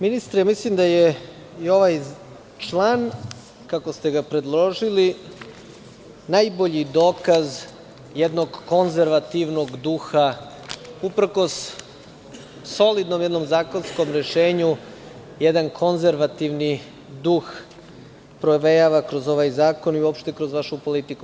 Ministre, ja mislim da je i ovaj član, kako ste ga predložili, najbolji dokaz jednog konzervativnog duha, uprkos jednom solidnom zakonskom rešenju, jedan konzervativni duh provejava kroz ovaj zakon i uopšte kroz vašu politiku.